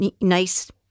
nice